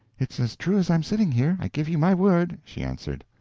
it's as true as i'm sitting here, i give you my word, she answered.